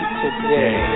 today